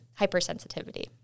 hypersensitivity